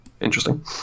interesting